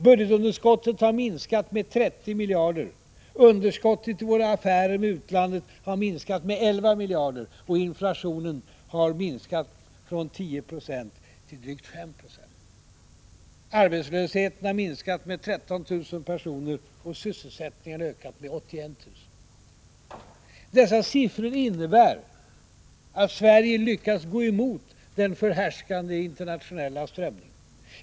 Budgetunderskottet har minskat med 30 miljarder, underskottet i våra affärer med utlandet har minskat med 11 miljarder och inflationen har minskat från 10 96 till drygt 5 Jo. Arbetslösheten har minskat med 13 000 personer och sysselsättningen har ökat med 81 000. Dessa siffror innebär att Sverige lyckats gå emot den förhärskande internationella strömningen.